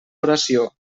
oració